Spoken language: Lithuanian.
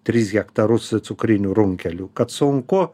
tris hektarus cukrinių runkelių kad sunku